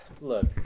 look